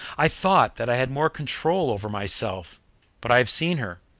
i thought that i had more control over myself but i have seen her,